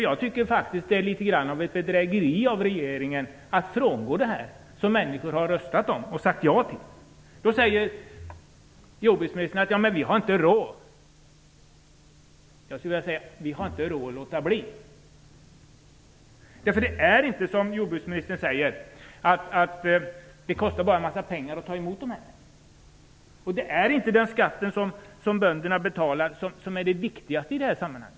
Jag tycker faktiskt att det är litet grand av ett bedrägeri av regeringen att frångå det som människor har röstat om och sagt ja till. Jordbruksministern säger att vi inte har råd. Jag skulle vilja säga att vi inte har råd att låta bli. Det kostar inte bara en massa pengar att ta emot dessa stöd, som jordbruksministern säger. Det är inte den skatt som bönderna betalar som är viktigast i detta sammanhang.